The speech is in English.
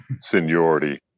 seniority